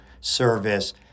service